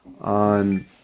on